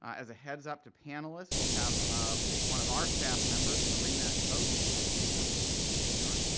as a heads up to panelists we'll have one of our staff members serena coates, ah serena raise your hand, there you are,